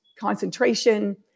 concentration